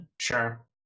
Sure